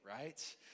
Right